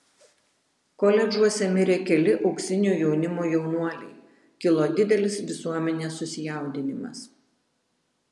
koledžuose mirė keli auksinio jaunimo jaunuoliai kilo didelis visuomenės susijaudinimas